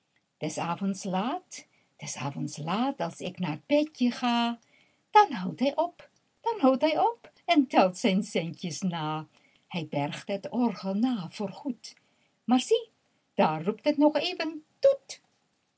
des avonds laat des avonds laat als ik naar t bedje ga dan houdt hij op dan houdt hij op en telt zijn centjes na hij bergt het orgel na voor goed maar zie dat roept nog even toet